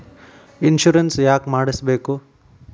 Insurance ಯಾಕ್ ಮಾಡಿಸಬೇಕು?